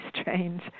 strange